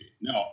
No